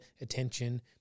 attention